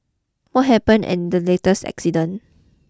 what happened in the latest accident